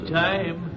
time